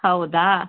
ಹೌದಾ